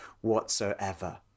whatsoever